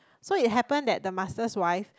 so it happen that the master's wife